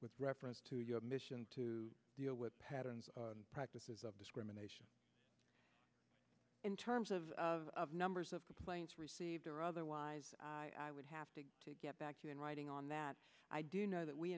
with reference to your mission to deal with patterns and practices of discrimination in terms of of numbers of complaints received or otherwise i would have to get back to you in writing on that i do know that we